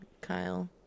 Kyle